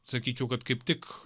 sakyčiau kad kaip tik